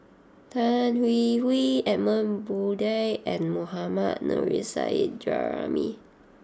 Tan Hwee Hwee Edmund Blundell and Mohammad Nurrasyid Juraimi